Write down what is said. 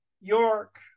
York